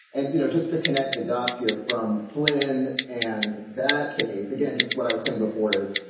and, you know, just to connect the dots here from flynn and that case, again, just what i was saying before is,